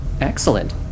Excellent